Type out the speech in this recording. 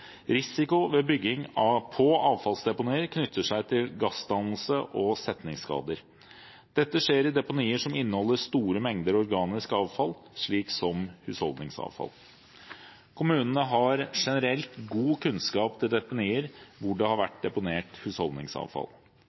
Risiko ved bygging på avfallsdeponier knytter seg til gassdannelse og setningsskader. Dette skjer i deponier som inneholder store mengder organisk avfall, slik som husholdningsavfall. Kommunene har generelt god kunnskap om deponier der det har vært husholdningsavfall.